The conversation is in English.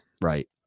Right